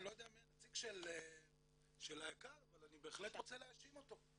אני לא יודע מי הנציג של היק"ר אבל אני בהחלט רוצה להאשים אותו.